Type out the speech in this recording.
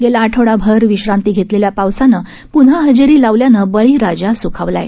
गेला आठवडाभर विश्रन्ती घेतलेल्या पावसानं पुन्हां हजेरी लावल्यानं बळीराजा सुखावला आहे